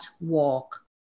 walk